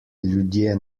ljudje